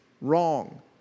wrong